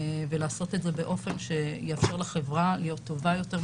ולעשות את זה באופן שיאפשר לחברה להיות טובה יותר,